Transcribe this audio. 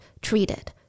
treated